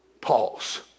Pause